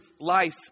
life